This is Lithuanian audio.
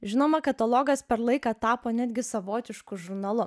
žinoma katalogas per laiką tapo netgi savotišku žurnalu